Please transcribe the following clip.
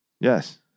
Yes